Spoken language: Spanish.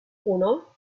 uno